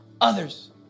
others